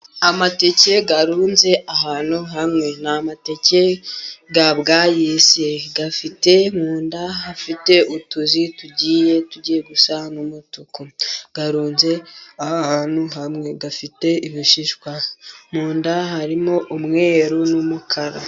Amateke arunze ahantu hanwe. Ni amateke ya bwayisi afite mu nda hafite utuzi tugiye gusa umutuku, arunze ahantu hamwe afite ibishishwa, mu nda harimo umweru n'umukara.